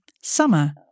summer